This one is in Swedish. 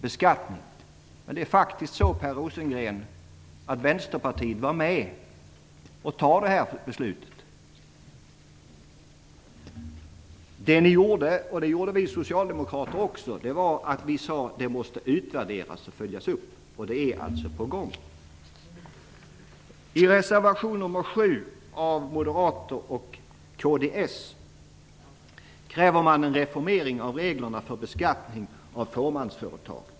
Men, Per Rosengren, Vänsterpartiet var faktiskt med om att fatta det här beslutet. Det ni, och också vi socialdemokrater, sade var att beslutet måste utvärderas och följas upp, och en sådan utvärdering är alltså på gång. I reservation nr 7 av moderater och kds krävs en reformering av reglerna för beskattning av fåmansföretagen.